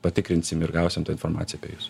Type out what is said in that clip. patikrinsim ir gausim tą informaciją apie jus